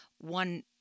one